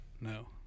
No